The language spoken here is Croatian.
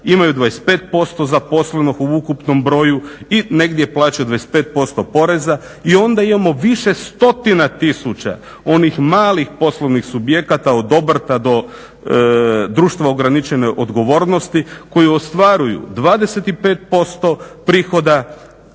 imaju 25% zaposlenog u ukupnom broju i negdje plaćaju 25% poreza. I onda imamo više stotina tisuća onih malih poslovnih subjekata, od obrta do društva ograničene odgovornosti koji ostvaruju 25% prihoda,